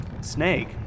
snake